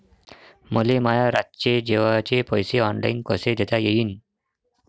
मले माया रातचे जेवाचे पैसे ऑनलाईन कसे देता येईन?